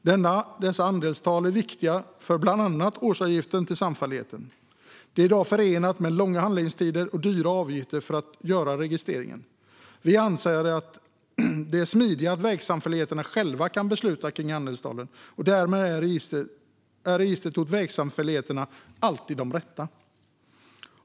Dessa andelstal är viktiga för bland annat årsavgiften till samfälligheten. Det är i dag förenat med långa handläggningstider och dyra avgifter att göra registreringen. Vi anser att det är smidigare att vägsamfälligheterna själva kan besluta om andelstalen, och därmed är registren hos vägsamfälligheterna alltid riktiga.